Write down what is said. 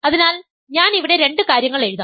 അതിനാൽ ഞാൻ ഇവിടെ രണ്ട് കാര്യങ്ങൾ എഴുതാം